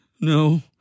No